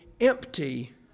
empty